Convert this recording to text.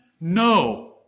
No